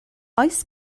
oes